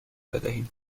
بدهید